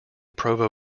provo